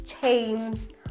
chains